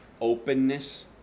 openness